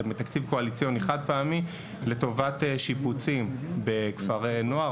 מתקציב קואליציוני חד פעמי לטובת שיפוצים בכפרי נוער,